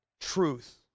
truth